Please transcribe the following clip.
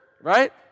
Right